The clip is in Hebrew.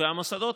והמוסדות